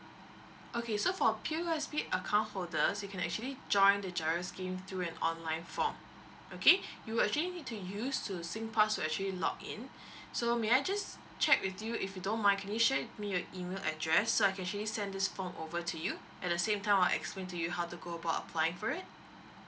okay so for P_O_S_B account holders you can actually join the G_I_R_O scheme through an online form okay you actually need to use to singpass to actually log in so may I just check with you if you don't mind can share with me your email address so I can actually send this form over to you at the same time I'll explain to you how to go about applying for it